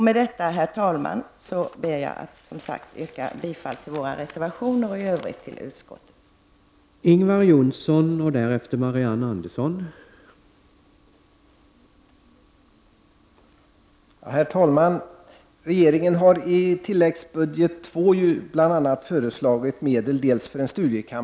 Med detta, herr talman, ber jag som sagt att få yrka bifall till våra reservationer och i övrigt till utskottets hemställan.